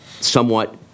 somewhat